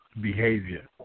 behavior